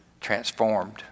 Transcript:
transformed